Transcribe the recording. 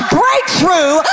breakthrough